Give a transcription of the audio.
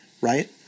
right